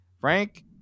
Frank